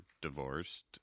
divorced